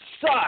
suck